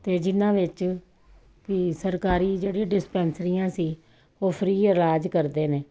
ਅਤੇ ਜਿਨ੍ਹਾਂ ਵਿੱਚ ਵੀ ਸਰਕਾਰੀ ਜਿਹੜੀ ਡਿਸਪੈਂਸਰੀਆਂ ਸੀ ਉਹ ਫਰੀ ਇਲਾਜ ਕਰਦੇ ਨੇ